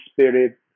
Spirit